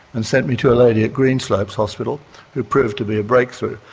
and sent me to a lady at greenslopes hospital who proved to be a breakthrough.